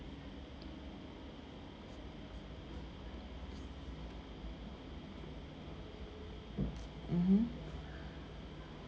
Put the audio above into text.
mmhmm